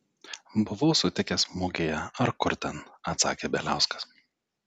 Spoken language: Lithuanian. buvau sutikęs mugėje ar kur ten atsakė bieliauskas